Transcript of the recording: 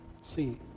See